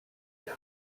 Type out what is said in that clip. them